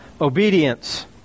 obedience